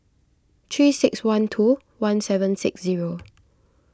three six one two one seven six zero